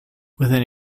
within